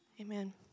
Amen